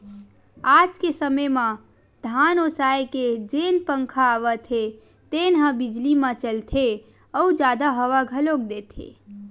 आज के समे म धान ओसाए के जेन पंखा आवत हे तेन ह बिजली म चलथे अउ जादा हवा घलोक देथे